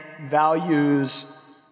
values